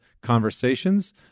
conversations